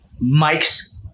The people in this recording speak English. Mike's